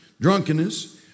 drunkenness